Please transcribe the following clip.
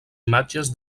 imatges